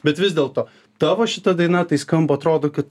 bet vis dėlto tavo šita daina tai skamba atrodo kad